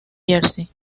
jersey